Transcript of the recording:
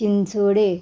चिंचोडे